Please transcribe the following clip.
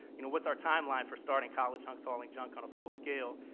you know, what's our timeline for starting college hunks hauling junk on a full scale?